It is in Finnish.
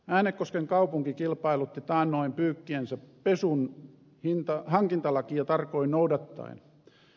äänekosken kaupunki kilpailutti taannoin pyykkiensä pesun hankintalakia tarkoin noudattaen